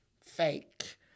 fake